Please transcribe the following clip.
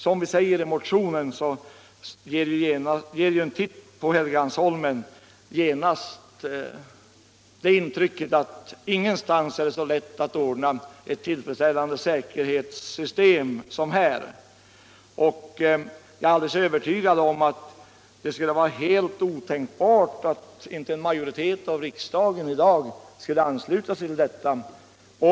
Som vi säger i motionen ger redan en titt på Helgeandsholmen besked om att det ingenstans är så lätt att ordna ett tillfredsställande säkerhetssystem som här. Det skulle vara helt otänkbart att en majoritet i riksdagen i dag inte skulle ansluta sig till detta förslag.